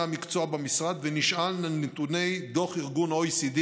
המקצוע במשרד ונשען על נתוני דוח ה-OECD,